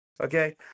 Okay